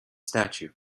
statue